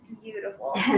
beautiful